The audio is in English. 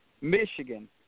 Michigan